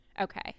Okay